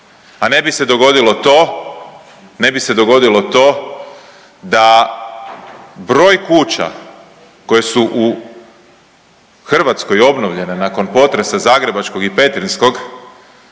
ne bi se dogodilo to da broj kuća koje su u Hrvatskoj obnovljene nakon potresa zagrebačkog i petrinjskog